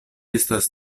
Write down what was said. estas